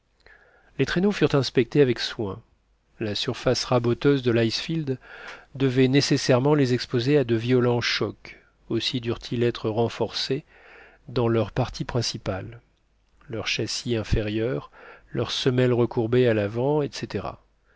les traîneaux furent inspectés avec soin la surface raboteuse de l'icefield devait nécessairement les exposer à de violents chocs aussi durent ils être renforcés dans leurs parties principales leur châssis inférieur leurs semelles recourbées à l'avant etc